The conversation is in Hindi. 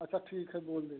अच्छा ठीक है बोल देग्